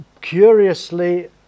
curiously